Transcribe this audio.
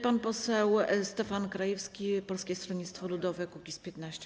Pan poseł Stefan Krajewski, Polskie Stronnictwo Ludowe - Kukiz15.